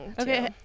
Okay